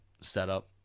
setup